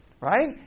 Right